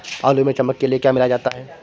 आलू में चमक के लिए क्या मिलाया जाता है?